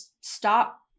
stop